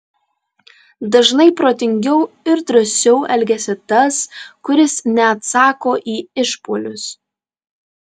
dažnai protingiau ir drąsiau elgiasi tas kuris neatsako į išpuolius